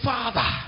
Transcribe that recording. Father